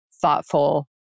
thoughtful